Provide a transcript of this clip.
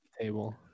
table